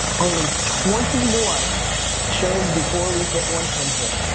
only twenty more shows before we hit one hundred.